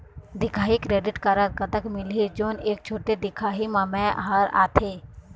दिखाही credit card कतक मिलही जोन एक छोटे दिखाही म मैं हर आथे?